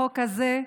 החוק הזה,